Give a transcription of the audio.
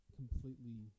completely